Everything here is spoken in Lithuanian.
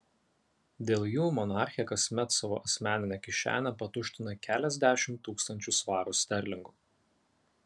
dėl jų monarchė kasmet savo asmeninę kišenę patuština keliasdešimt tūkstančių svarų sterlingų